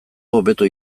hobeto